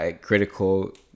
critical